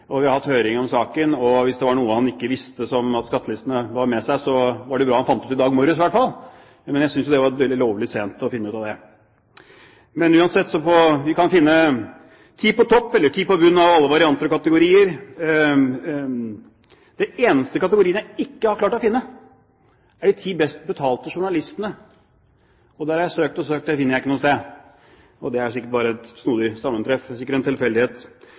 og vi har hatt høring om den, og hvis det var noe han ikke visste, som skattelistene bar med seg, så var det bra at han fant det ut i dag morges, i hvert fall. Men jeg synes det var lovlig sent å finne ut av det. Uansett, vi kan finne «ti på topp» eller «ti på bunn» av alle varianter og kategorier. Den eneste kategorien jeg ikke har klart å finne, er de ti best betalte journalistene. Jeg har søkt og søkt og finner det ikke noe sted. Det er sikkert bare et snodig sammentreff, hvis det ikke er en tilfeldighet!